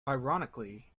ironically